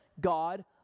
God